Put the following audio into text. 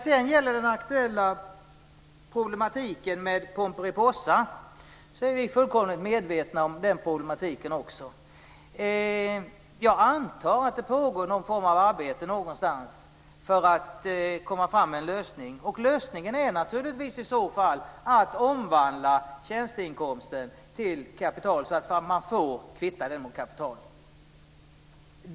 Den aktuella problematiken med pomperipossaeffekten är vi fullkomligt medvetna om. Jag antar att det pågår någon form av arbete någonstans för att komma fram till en lösning. Och lösningen är i så fall naturligtvis att omvandla tjänsteinkomster till kapital så att man får kvitta dem mot kapital.